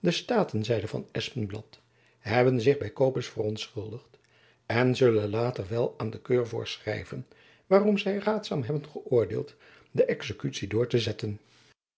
de staten zeide van espenblad hebben zich by copes verontschuldigd en zullen later wel aan den keurvorst schrijven waarom zy raadzaam hebben geoordeeld de exekutie door te zetten